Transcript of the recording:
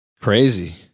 crazy